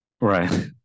Right